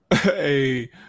Hey